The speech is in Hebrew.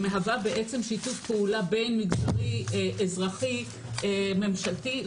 היא מהווה שיתוף פעולה בין מגזרי אזרחי ממשלתי.